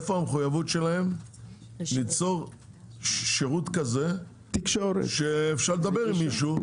איפה המחויבות שלהם ליצור שירות כזה שאפשר לדבר עם מישהו?